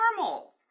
normal